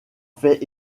fait